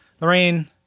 Lorraine